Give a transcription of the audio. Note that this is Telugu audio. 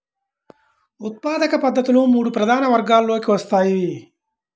ఉత్పాదక పద్ధతులు మూడు ప్రధాన వర్గాలలోకి వస్తాయి